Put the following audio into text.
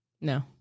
No